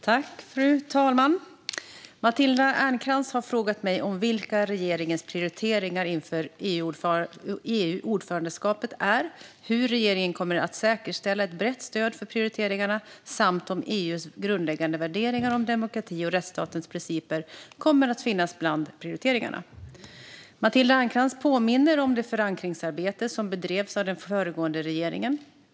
Fru talman! Matilda Ernkrans har frågat mig vilka regeringens prioriteringar inför EU-ordförandeskapet är, hur regeringen kommer att säkerställa ett brett stöd för prioriteringarna samt om EU:s grundläggande värderingar om demokrati och rättsstatens principer kommer att finnas bland prioriteringarna. Matilda Ernkrans påminner om det förankringsarbete som bedrevs av den föregående regeringen.